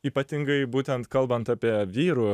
ypatingai būtent kalbant apie vyrų